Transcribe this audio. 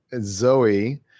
Zoe